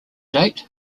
date